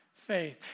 Faith